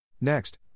Next